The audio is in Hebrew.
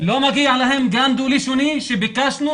לא מגיע להם גם דו-לשוני שביקשנו,